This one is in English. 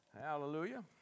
Hallelujah